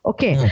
Okay